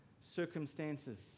circumstances